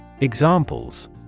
Examples